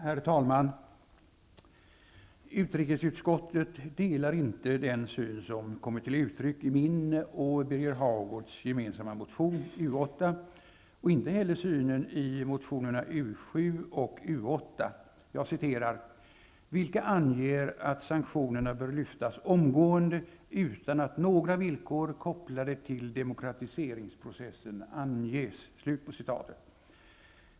Herr talman! Utrikesutskottet delar inte den syn som kommer till uttryck i min och Birger Hagårds gemensamma motion, U8, och inte heller synen i motionerna U7 och U9. Det sägs: ''vilka anger att sanktionerna bör lyftas omgående utan att några villkor kopplade till demokratiseringsprocessen anges''.